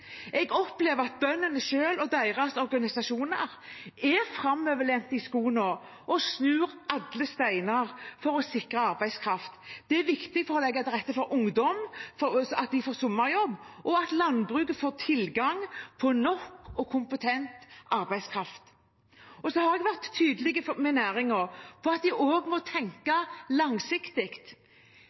Jeg opplever at bøndene selv og deres organisasjoner er framoverlent i skoene og snur alle steiner for å sikre arbeidskraft. Det er viktig for å legge til rette for at ungdom får sommerjobb, og at landbruket får tilgang på nok og kompetent arbeidskraft. Jeg har vært tydelig med næringen på at de også må tenke langsiktig.